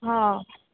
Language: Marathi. हा